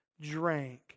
drank